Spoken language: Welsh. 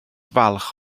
falch